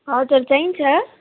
हजुर चाहिन्छ